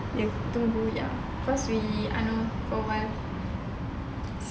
cause we um for awhile